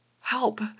help